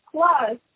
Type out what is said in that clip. Plus